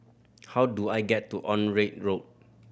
how do I get to Onraet Road